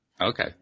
Okay